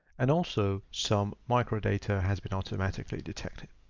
and also some micro data has been automatically detected.